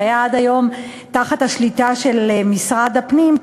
שהיה עד היום תחת השליטה של משרד הפנים,